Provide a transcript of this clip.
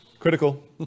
Critical